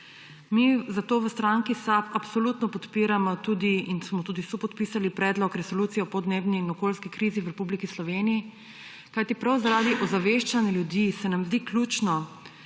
mi v stranki SAB absolutno tudi podpiramo in smo tudi sopodpisali Predlog resolucije o podnebni in okoljski krizi v Republiki Sloveniji, kajti prav zaradi ozaveščanja ljudi se nam zdi ključno,